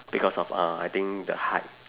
because of uh I think the height